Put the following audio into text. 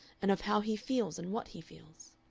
and of how he feels and what he feels.